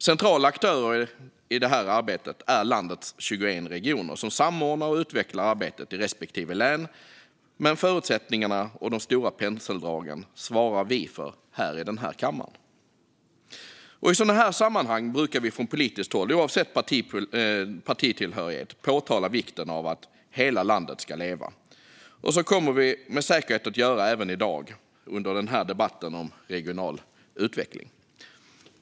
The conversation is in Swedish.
Centrala aktörer i detta arbete är landets 21 regioner, som samordnar och utvecklar arbetet i respektive län. Men förutsättningarna och de stora penseldragen svarar vi för här i denna kammare. I sådana här sammanhang brukar vi från politiskt håll, oavsett partitillhörighet, påpeka vikten av att hela landet ska leva. Så kommer vi med säkerhet att göra även i dag under den här debatten om regional utveckling.